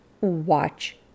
watch